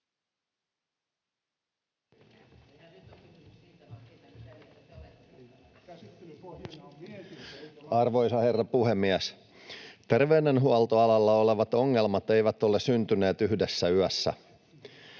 Arvoisa herra puhemies! Terveydenhuoltoalalla olevat ongelmat eivät ole syntyneet yhdessä yössä.